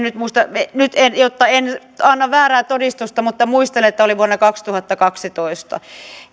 nyt en muista jotta en anna väärää todistusta mutta muistelen että se oli vuonna kaksituhattakaksitoista